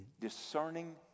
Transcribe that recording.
discerning